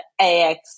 AX